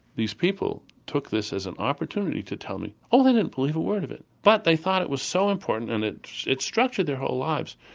these people took this as an opportunity to tell me oh, i didn't believe a word of it', but they thought it was so important and it it structured their whole lives.